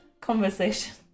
conversation